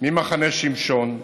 ממחנה שמשון,